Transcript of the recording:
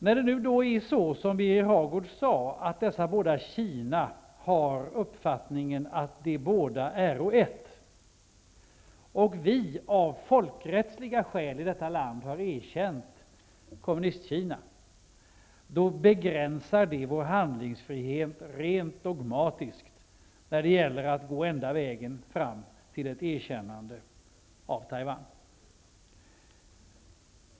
När det nu är så som Birger Hagård sade, att dessa båda Kinastater har uppfattningen att de båda är ett och att vi av folkrättsliga skäl har erkänt Kommunistkina, begränsar vi vår handlingsfrihet rent dogmatiskt när det gäller att gå den enda vägen fram för ett erkännande av Taiwan.